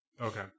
Okay